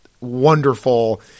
wonderful